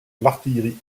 l’artillerie